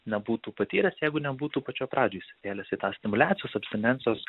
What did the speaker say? nebūtų patyręs jeigu nebūtų pačioj pradžioj įsivėlęs į tas stimuliacijas abstinencijas